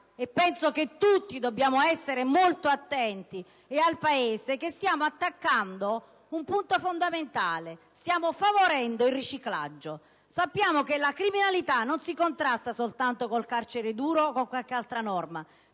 penso che tutti dobbiamo stare molto attenti - e al Paese l'attacco in atto ad un punto fondamentale: stiamo favorendo il riciclaggio. Sappiamo che la criminalità non si contrasta soltanto con il carcere duro o con qualche altra norma;